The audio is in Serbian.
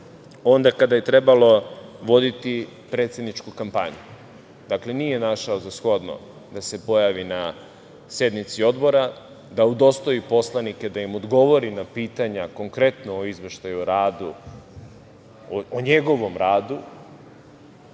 onda kada je trebalo voditi predsedničku kampanju. Dakle, nije našao za shodno da se pojavi na sednici odbora, da udostoji poslanike, da im odgovori na pitanja, konkretno o izveštaju o radu, o njegovom radu,